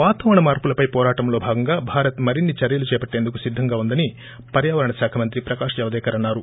వాతావరణ మార్సులపై పోరాటంలో భాగంగా భారత్ మరిన్ని చర్యలు చేపట్టేందుకు సిద్దంగా ఉందని పర్యావరణ శాఖ మంత్రి ప్రకాశ్ జావడేకర్ అన్నారు